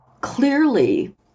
clearly